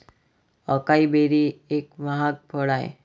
acai berry एक महाग फळ आहे